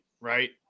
right